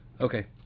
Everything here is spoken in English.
Okay